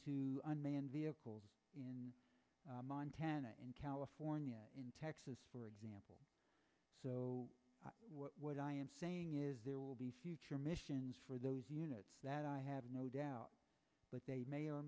unmanned vehicles in montana in california in texas for example so what i am saying is there will be future missions for those units that i have no doubt but they may or